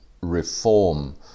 reform